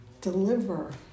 deliver